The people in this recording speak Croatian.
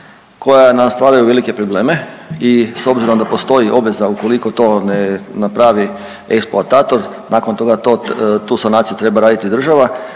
koja nam stvaraju velike probleme i s obzirom da postoji obveza ukoliko to ne napravi eksploatator nakon toga to tu sanaciju treba raditi država,